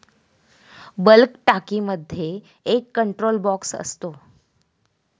bulk टाकीमध्ये एक control box असतो